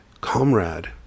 Comrade